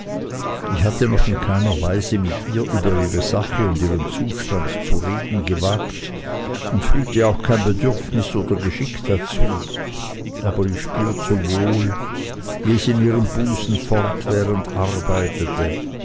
ich hatte noch in keiner weise mit ihr über ihre sache und ihren zustand zu reden gewagt und fühlte auch kein bedürfnis oder geschick dazu aber ich spürte wohl wie es in ihrem busen fortwährend arbeitete